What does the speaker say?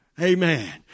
Amen